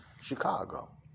Chicago